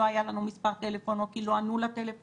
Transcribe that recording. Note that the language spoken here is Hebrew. היה לנו מספר טלפון או כי לא ענו לטלפון,